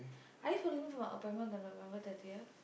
are you following for my appointment the November thirtieth